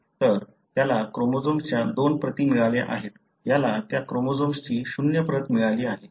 तर त्याला क्रोमोझोम्सच्या दोन प्रती मिळाल्या आहेत याला त्या क्रोमोझोम्सची शून्य प्रत मिळाली आहे